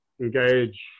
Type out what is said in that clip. engage